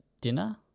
Dinner